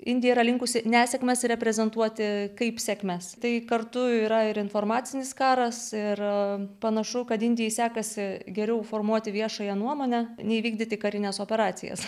indija yra linkusi nesėkmes reprezentuoti kaip sėkmes tai kartu yra ir informacinis karas ir panašu kad indijai sekasi geriau formuoti viešąją nuomonę nei vykdyti karines operacijas